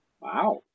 Wow